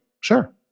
Sure